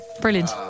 brilliant